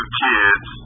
kids